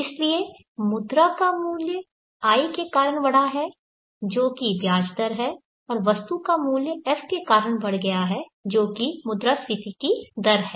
इसलिए मुद्रा का मूल्य i के कारण बढ़ा है जो कि ब्याज दर है और वस्तु का मूल्य f के कारण बढ़ गया है जो कि मुद्रास्फीति की दर है